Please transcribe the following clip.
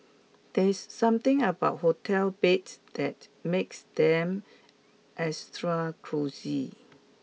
there's something about hotel beds that makes them extra cosy